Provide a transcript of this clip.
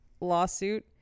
lawsuit